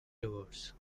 doors